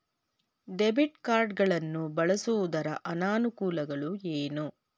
Debit card ಗಳನ್ನು ಬಳಸುವುದರ ಅನಾನುಕೂಲಗಳು ಏನು?